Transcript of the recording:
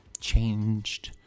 changed